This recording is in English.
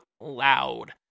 loud